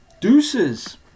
Deuces